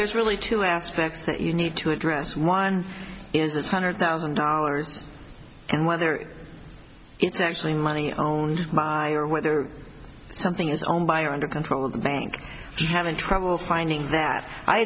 there's really two aspects that you need to address one is this hundred thousand dollars and whether it's actually money own or whether something is owned by under control of the bank just having trouble finding that i